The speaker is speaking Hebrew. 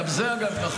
גם זה נכון.